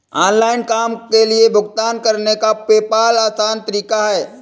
online काम के लिए भुगतान करने का पेपॉल आसान तरीका है